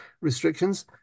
restrictions